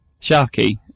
Sharky